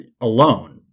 alone